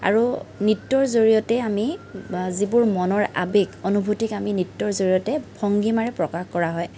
আৰু নৃত্যৰ জৰিয়তে আমি যিবোৰ মনৰ আবেগ অনুভূতিক আমি নৃত্যৰ জৰিয়তে ভংগীমাৰে প্ৰকাশ কৰা হয়